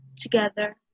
Together